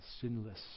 sinless